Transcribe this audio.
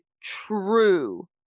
true